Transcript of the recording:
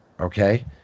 okay